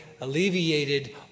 alleviated